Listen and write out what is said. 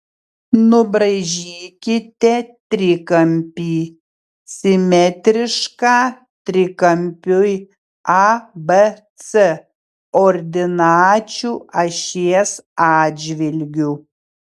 nubraižykite trikampį simetrišką trikampiui abc ordinačių ašies atžvilgiu